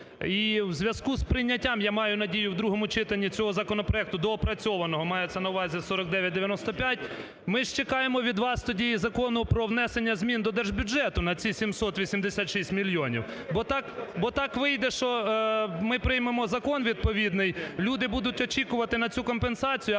І у зв'язку з прийняттям, я маю надію, в другому читанні цього законопроекту, доопрацьованого, мається на увазі 4995, ми ж чекаємо від вас тоді і закону про внесення змін до Держбюджету на ці 786 мільйонів. Бо так вийде, що ми приймемо закон відповідний, люди будуть очікувати на цю компенсацію,